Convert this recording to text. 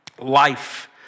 life